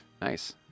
Nice